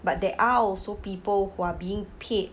but there are also people who are being picked